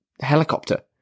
helicopter